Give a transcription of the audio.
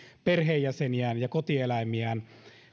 perheenjäseniään ja kotieläimiään